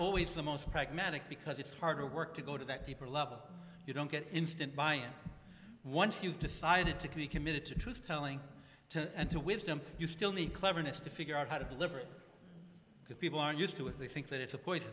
always the most pragmatic because it's harder work to go to that deeper level you don't get instant by and once you've decided to be committed to truth telling and to wisdom you still need cleverness to figure out how to deliver it because people are used to it they think that it's a poison